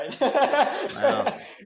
right